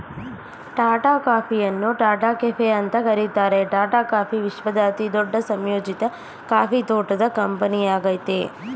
ಟಾಟಾ ಕಾಫಿಯನ್ನು ಟಾಟಾ ಕೆಫೆ ಅಂತ ಕರೀತಾರೆ ಟಾಟಾ ಕಾಫಿ ವಿಶ್ವದ ಅತಿದೊಡ್ಡ ಸಂಯೋಜಿತ ಕಾಫಿ ತೋಟದ ಕಂಪನಿಯಾಗಯ್ತೆ